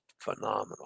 phenomenal